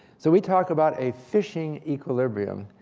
so we talk about a phishing equilibrium,